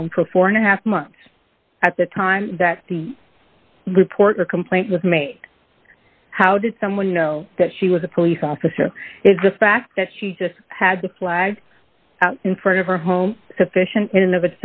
home for four and a half months at the time that the report a complaint was made how did someone know that she was a police officer is the fact that she just had the flag out in front of her home sufficient in of